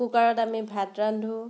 কুকাৰত আমি ভাত ৰান্ধো